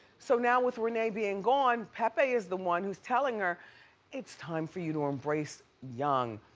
so now with rene being gone, pepe is the one who's telling her it's time for you to embrace young.